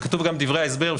כתוב גם בדברי ההסבר,